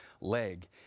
leg